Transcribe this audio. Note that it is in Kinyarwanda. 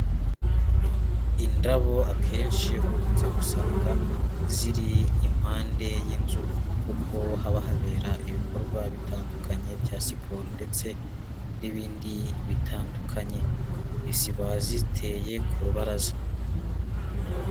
Indabo akenshi ukunze gusanga, ziri impande y'inzu, kuko haba habera ibikorwa bitandukanye bya siporo ndetse n'ibindi bitandukanye. Ziba ziteye ku rubaraza.